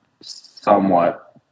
somewhat